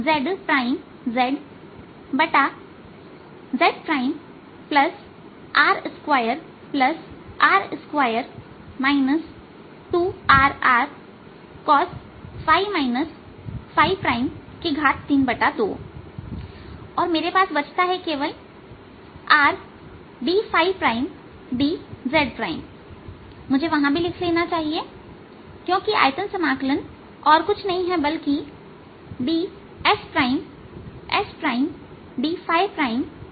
0k4 ×rs R s zzzR2r2 2Rrcos 32 और मेरे पास बचता है केवल Rddzमुझे वहां भी लिख लेना चाहिए क्योंकि आयतन समाकलन कुछ नहीं है बल्कि dssddz है